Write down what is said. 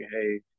hey